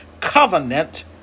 covenant